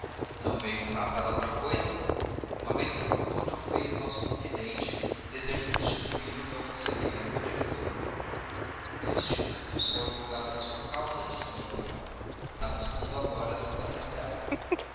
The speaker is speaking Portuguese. não venho cá para outra causa uma vez que a fortuna o fez nosso confidente desejo constituí lo meu conselheiro e diretor antes de tudo sou advogado da sua causa disse melchior estava expondo agora as vantagens dela